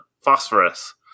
phosphorus